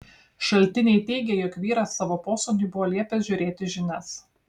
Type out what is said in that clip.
šaltiniai teigė jog vyras savo posūniui buvo liepęs žiūrėti žinias